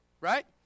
right